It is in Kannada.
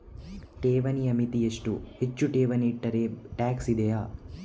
ಠೇವಣಿಯ ಮಿತಿ ಎಷ್ಟು, ಹೆಚ್ಚು ಠೇವಣಿ ಇಟ್ಟರೆ ಟ್ಯಾಕ್ಸ್ ಇದೆಯಾ?